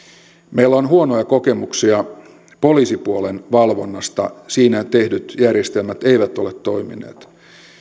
meillä on huonoja kokemuksia poliisipuolen valvonnasta siinä tehdyt järjestelmät eivät ole toimineet